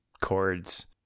chords